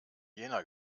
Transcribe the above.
jena